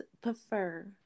prefer